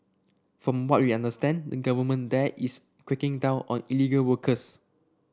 from what we understand the government there is cracking down on illegal workers